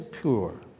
pure